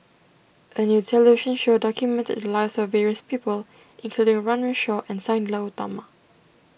a new television show documented the lives of various people including Runme Shaw and Sang glow Utama